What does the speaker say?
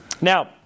now